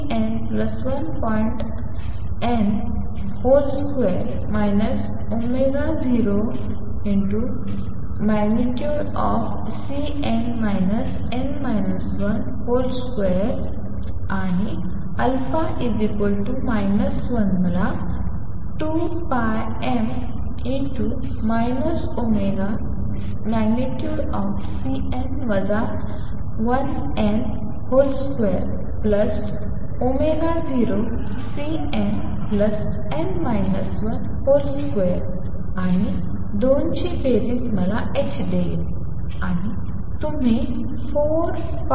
आता α 1 तुम्हाला 2πm0।Cn1n ।2 0।Cnn 1 ।2आणि α 1 मला 2πm ω0Cn 1n ।20Cnn1 ।2 आणि 2 ची बेरीज मला h देईल